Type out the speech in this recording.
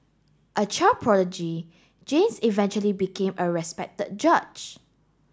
a child prodigy James eventually became a respected judge